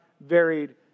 varied